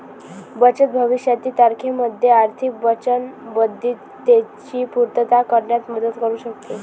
बचत भविष्यातील तारखेमध्ये आर्थिक वचनबद्धतेची पूर्तता करण्यात मदत करू शकते